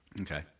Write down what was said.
Okay